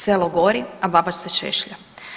Selo gori, a baba se češlja.